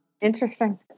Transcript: Interesting